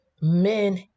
men